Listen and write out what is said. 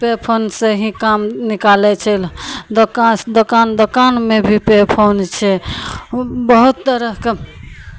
पे फोनसँ ही काम निकालै छै दोकान दोकान दोकानमे भी पे फोन छै ओ बहुत तरहके